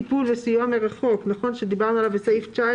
טיפול וסיוע מרחוק שדיברנו עליו בתקנה